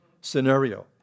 scenario